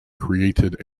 created